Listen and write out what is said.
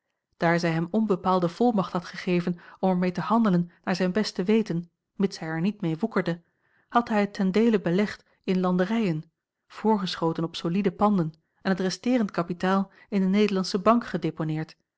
daar zij hem onbepaalde volmacht had gegeven om er mee te handelen naar zijn beste weten mits hij er niet mee woekerde had hij het ten deele belegd in landerijen voorgeschoten op solide panden en het resteerend kapitaal in de nederlandsche bank gedeponeerd